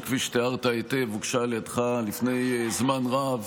שכפי שתיארת היטב הוגשה על ידך לפני זמן רב